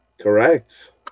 Correct